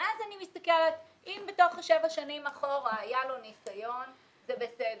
ואז אני מסתכלת: אם בתוך השבע שנים אחורה היה לו ניסיון אז זה בסדר.